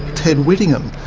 ted whittingham,